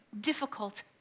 difficult